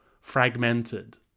fragmented